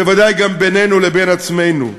בוודאי גם בינינו לבין עצמנו.